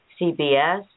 CBS